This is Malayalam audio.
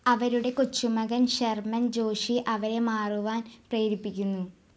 അവരുടെ കൊച്ചുമകൻ ശർമൻ ജോഷി അവരെ മാറുവാൻ പ്രേരിപ്പിക്കുന്നു